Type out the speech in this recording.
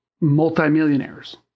multimillionaires